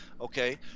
Okay